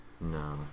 No